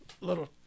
Little